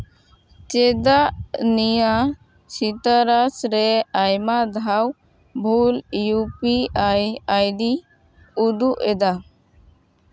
ᱪᱮᱫᱟᱜ ᱱᱤᱭᱟᱹ ᱥᱤᱛᱟᱨᱟᱥ ᱨᱮ ᱟᱭᱢᱟ ᱫᱷᱟᱣ ᱵᱷᱩᱞ U P I I D ᱩᱫᱩᱜ ᱮᱫᱟ